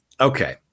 okay